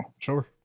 Sure